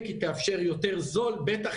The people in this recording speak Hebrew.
בחלק היא תאפשר יותר זול,